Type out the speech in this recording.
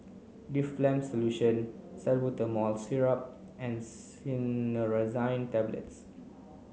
Difflam Solution Salbutamol Syrup and Cinnarizine Tablets